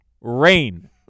rain